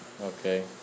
Okay